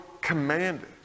commanded